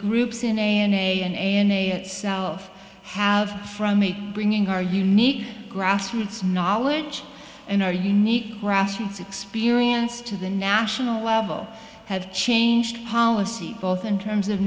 groups in a in a in a in a itself have from me bringing our unique grassroots knowledge and our unique grassroots experience to the national level have changed policy both in terms of